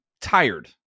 tired